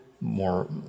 more